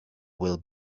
will